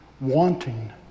wanting